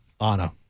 Anna